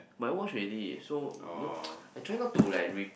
but I watch already so you know I try not to like re~